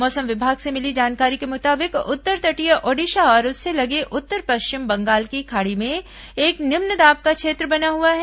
मौसम विभाग से मिली जानकारी के मुताबिक उत्तर तटीय ओडिशा और उससे लगे उत्तर पश्चिम बंगाल की खाड़ी में एक निम्न दाब का क्षेत्र बना हुआ है